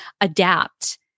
adapt